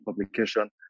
publication